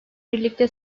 birlikte